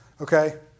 Okay